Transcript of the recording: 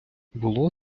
було